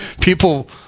People